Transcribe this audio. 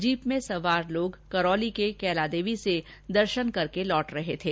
jeep में सवार लोग करौली के कैलादेवी से दर्शन करके आ रहे थे